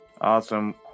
Awesome